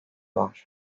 var